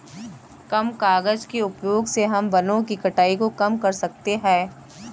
कम कागज़ के उपयोग से हम वनो की कटाई को कम कर सकते है